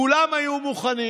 כולם היו מוכנים,